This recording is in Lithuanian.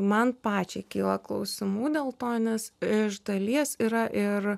man pačiai kyla klausimų dėl to nes iš dalies yra ir